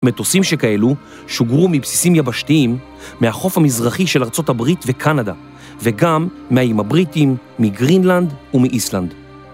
מטוסים שכאלו שוגרו מבסיסים יבשתיים מהחוף המזרחי של ארה״ב וקנדה וגם מהאיים הבריטים מגרינלנד ומאיסלנד